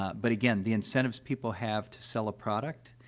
ah but, again, the incentives people have to sell a product,